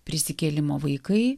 prisikėlimo vaikai